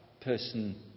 person